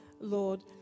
Lord